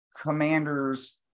commanders